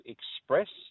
Express